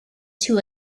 two